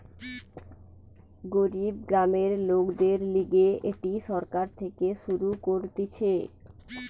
গরিব গ্রামের লোকদের লিগে এটি সরকার থেকে শুরু করতিছে